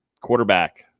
Quarterback